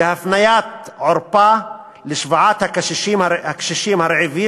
והפניית עורף לשוועת הקשישים הרעבים